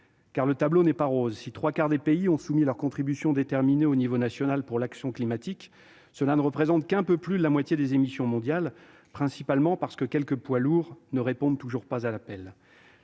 Le tableau n'est pas rose : si les trois quarts des pays ont soumis leurs contributions déterminées au niveau national pour l'action climatique, cela ne représente qu'un peu plus de la moitié des émissions mondiales, quelques « poids lourds » ne répondant toujours pas à l'appel.